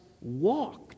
walked